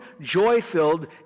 joy-filled